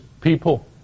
people